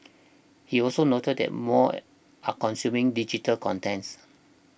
he also noted that more are consuming digital contents